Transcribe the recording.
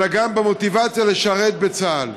אלא גם במוטיבציה לשרת בצה"ל.